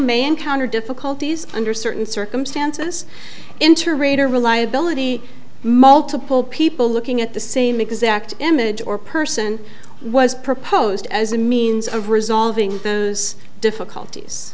may encounter difficulties under certain circumstances interbreed or reliability multiple people looking at the same exact image or person was proposed as a means of resolving those difficulties